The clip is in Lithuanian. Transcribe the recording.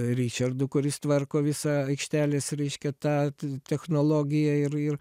ričardu kuris tvarko visą aikštelės reiškia tą technologiją ir ir